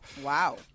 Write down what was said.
Wow